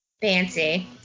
fancy